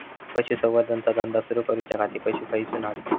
पशुसंवर्धन चा धंदा सुरू करूच्या खाती पशू खईसून हाडूचे?